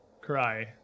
cry